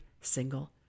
single